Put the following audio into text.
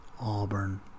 Auburn